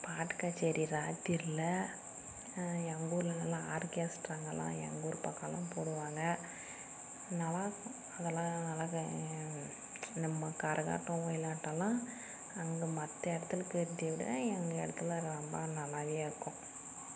பாட்டு கச்சேரி இராத்திரில எங்கள் ஊரெலலாம் ஆர்கஸ்ட்ராங்கலெலாம் எங்கள் ஊர் பக்கமெலாம் போடுவாங்க நல்லாயிருக்கும் அதெல்லாம் அழகாக நம்ம கரகாட்டம் ஒயிலாட்டமெலாம் அங்கே மற்ற இடத்துல தெரியறதை விட எங்கள் இடத்துல ரொம்ப நல்லாவே இருக்கும்